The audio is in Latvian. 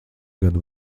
gadu